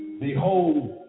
Behold